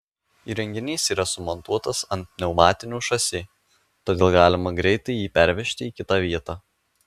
įrenginys yra sumontuotas ant pneumatinių šasi todėl galima greitai jį pervežti į kitą vietą